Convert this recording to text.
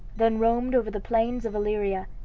then roamed over the plains of illyria,